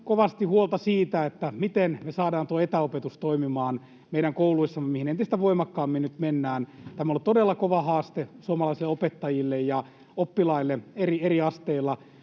kovasti huolta siitä, miten me saadaan toimimaan meidän kouluissamme tuo etäopetus, mihin entistä voimakkaammin nyt mennään. Tämä on ollut todella kova haaste suomalaisille opettajille ja oppilaille eri asteilla,